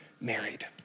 married